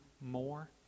more